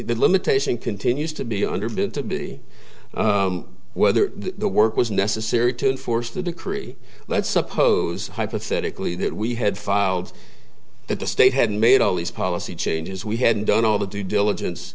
the limitation continues to be understood to be whether the work was necessary to enforce the decree let's suppose hypothetically that we had filed that the state had made all these policy changes we hadn't done all the due diligence